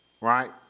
right